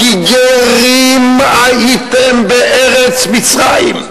כי גרים הייתם בארץ מצרים,